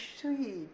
sweet